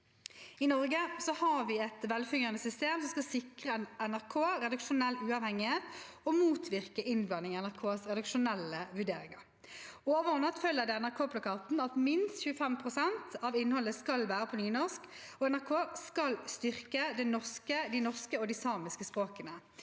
I Norge har vi et velfungerende system som skal sikre NRK redaksjonell uavhengighet og motvirke innblanding i NRKs redaksjonelle vurderinger. Overordnet følger det av NRK-plakaten at minst 25 pst. av innholdet skal være på nynorsk, og at NRK skal styrke de norske og de samiske språkene.